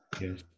Yes